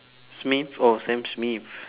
smith oh sam smith